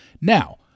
Now